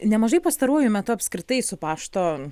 nemažai pastaruoju metu apskritai su pašto